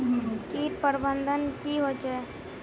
किट प्रबन्धन की होचे?